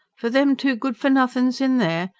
for them two good-for-nothin's in there?